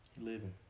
Living